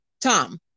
Tom